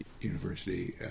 university